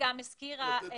אניטה הזכירה את